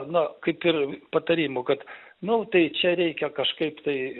na kaip ir patarimų kad nu tai čia reikia kažkaip tai